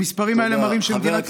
המספרים האלה מראים שמדינת ישראל,